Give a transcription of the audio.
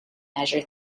measure